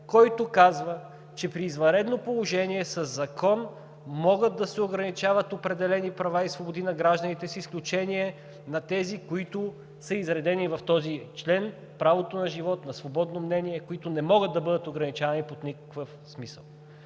който казва, че при извънредно положение със закон могат да се ограничават определени права и свободи на гражданите с изключение на тези, които са изредени в този член, правото на живот на свободно мнение, които не могат да бъдат ограничавани по никакъв смисъл.